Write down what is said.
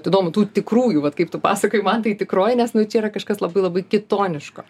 įdomu tų tikrųjų vat kaip tu pasakoji man tai tikroji nes nu čia yra kažkas labai labai kitoniško